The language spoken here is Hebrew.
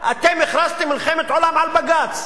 אתם הכרזתם מלחמת עולם על בג"ץ.